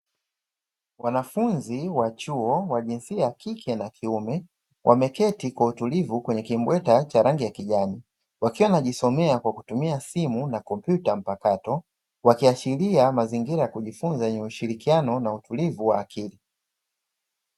Wanafunzi wa chuo wa jinsia ya kike na kiume, wameketi kwa utulivu kwenye kimbweta cha rangi ya kijani, wakiwa wanajisomea kwa kutumia simu na kompyuta mpakato, wakiashiria mazingira ya kujifunza yenye ushirikiano na utulivu wa akili.